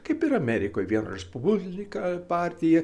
kaip ir amerikoj viena respublika partija